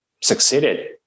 succeeded